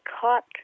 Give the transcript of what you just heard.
caught